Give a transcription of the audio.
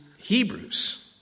Hebrews